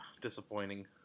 Disappointing